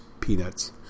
peanuts